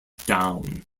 down